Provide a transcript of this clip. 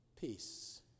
peace